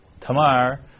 Tamar